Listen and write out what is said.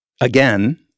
Again